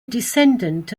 descendant